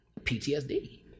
PTSD